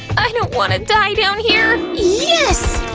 i don't wanna die down here! yes!